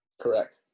Correct